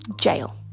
jail